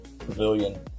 pavilion